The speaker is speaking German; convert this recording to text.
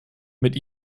mit